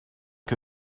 que